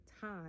time